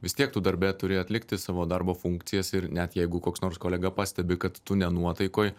vis tiek tu darbe turi atlikti savo darbo funkcijas ir net jeigu koks nors kolega pastebi kad tu ne nuotaikoj